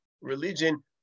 religion